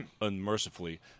unmercifully